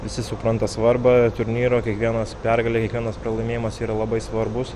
visi supranta svarbą turnyro kiekvienas pergalė kiekvienas pralaimėjimas yra labai svarbus